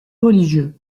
religieux